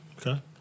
Okay